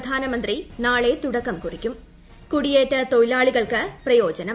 പ്രധാനമന്ത്രി നാളെ തുടക്കം കുറിക്കുകുകുടിയേറ്റ തൊഴിലാളികൾക്ക് പ്രയോജനം